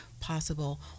possible